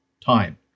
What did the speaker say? time